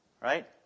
right